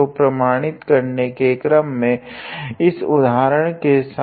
तो प्रमाणित करने के क्रम में इस उदाहरण के साथ